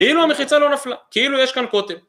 כאילו המחיצה לא נפלה, כאילו יש כאן קוטם.